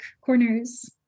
corners